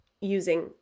using